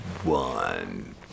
One